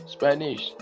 Spanish